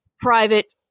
private